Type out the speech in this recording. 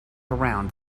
around